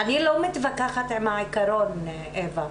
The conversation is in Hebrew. אני לא מתווכחת עם העיקרון, אווה.